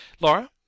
Laura